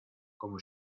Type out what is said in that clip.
como